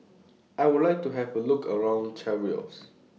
I Would like to Have A Look around Cairo